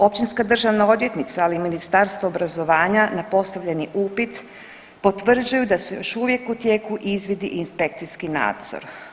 Općinska državna odvjetnica, ali i Ministarstvo obrazovanja na postavljeni upit potvrđuju da su još uvijek u tijeku izvidi i inspekcijski nadzor.